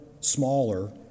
smaller